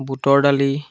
বুটৰ দালি